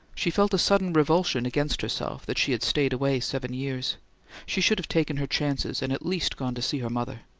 she felt a sudden revulsion against herself that she had stayed away seven years she should have taken her chances and at least gone to see her mother.